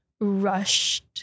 rushed